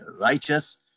righteous